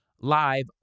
live